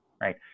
right